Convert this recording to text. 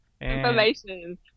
information